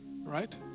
Right